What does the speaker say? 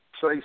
Say